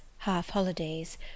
half-holidays